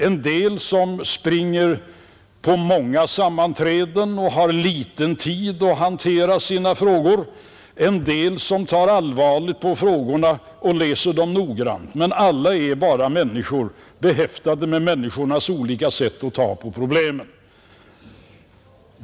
En del av dem springer på många sammanträden och förfogar över liten tid att hantera sina frågor, en del tar allvarligt på frågorna och läser dem noggrant. Men alla är bara människor behäftade med människors olika sätt att ta på problemen.